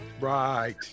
right